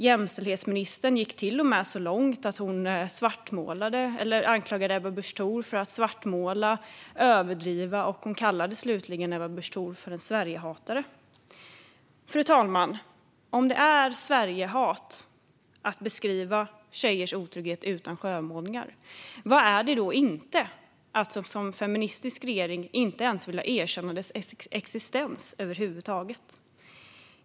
Jämställdhetsministern gick till och med så långt att hon anklagade Ebba Busch Thor för att svartmåla och överdriva. Slutligen kallade hon Ebba Busch Thor för Sverigehatare. Fru talman! Om det är Sverigehat att beskriva tjejers otrygghet utan skönmålningar, vad är det då inte att som feministisk regering inte ens vilja erkänna dess existens över huvud taget?